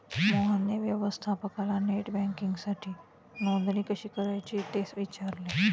मोहनने व्यवस्थापकाला नेट बँकिंगसाठी नोंदणी कशी करायची ते विचारले